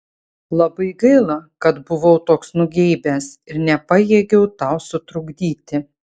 labai gaila kad buvau toks nugeibęs ir nepajėgiau tau sutrukdyti